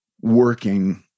working